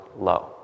low